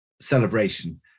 celebration